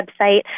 website